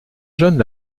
jeunes